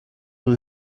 will